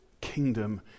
kingdom